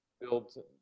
build